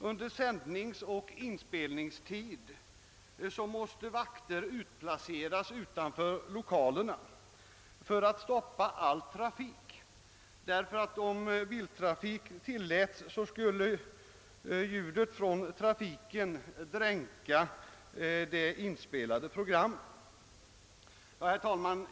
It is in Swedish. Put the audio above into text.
Under sändningsoch inspelningstid måste utanför lokalerna utplaceras vakter som stoppar all trafik, ty om biltrafik tilläts skulle ljudet från den dränka de inspelade programmen. Herr talman!